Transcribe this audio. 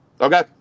Okay